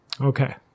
Okay